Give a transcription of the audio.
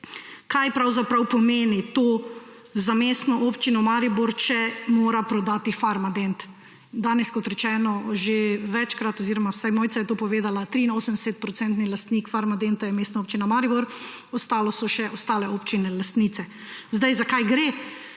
Kaj pravzaprav pomeni za Mestno občino Maribor, če mora prodati Farmadent? Kot danes že večkrat rečeno oziroma vsaj Mojca je to povedala, 83-procentni lastnik Farmadenta je Mestna občina Maribor, ostalo so še druge občine lastnice. Za kaj gre?